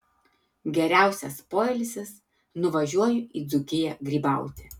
geriausias poilsis nuvažiuoju į dzūkiją grybauti